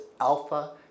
Alpha